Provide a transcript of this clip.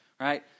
right